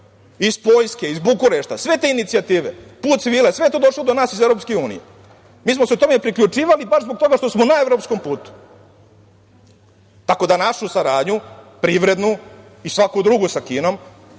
iz Poljske, Bukurešta, sve te inicijative, Put svile, sve je to došlo iz EU. Mi smo se tome priključivali baš zbog toga što smo na evropskom putu, tako da našu saradnju, privrednu i svaku drugu sa Kinom,